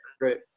Great